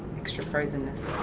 extra frozenness.